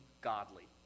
godly